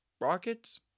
Rockets